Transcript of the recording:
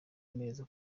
meza